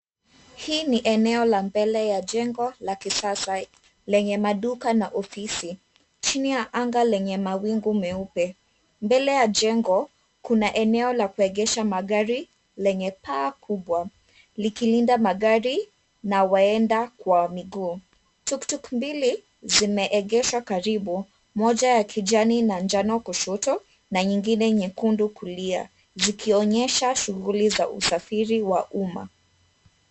Hii ni eneo la mbele ya jengo la kisasa lenye maduka na ofisi chini ya anga lenye mawingu meupe. Mbele ya jengo, kuna eneo la kuegesha magari lenye paa kubwa likilinda magari na waenda kwa miguu. Tuktuk mbili zimeegeshwa karibu. Moja ya kijani na njano kushoto na nyingine nyekundu kulia zikionyesha shughuli za usafiri wa umma.